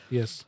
Yes